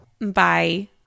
Bye